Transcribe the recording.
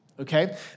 okay